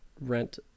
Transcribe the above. rent